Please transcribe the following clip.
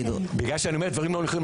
בגלל שאני אומר דברים לא נכונים,